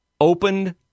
opened